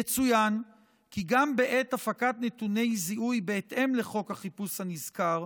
יצוין כי גם בעת הפקת נתוני זיהוי בהתאם לחוק החיפוש הנזכר,